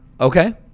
Okay